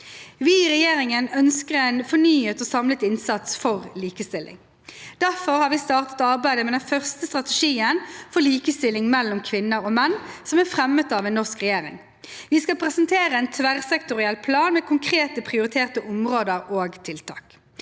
Vi i regjeringen ønsker en fornyet og samlet innsats for likestilling. Derfor har vi startet arbeidet med den første strategien for likestilling mellom kvinner og menn fremmet av en norsk regjering. Vi skal presentere en tverrsektoriell plan med konkrete prioriterte områder og tiltak.